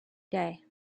day